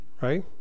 Right